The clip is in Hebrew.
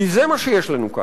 כי זה מה שיש לנו כאן.